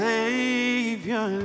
Savior